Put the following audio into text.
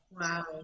wow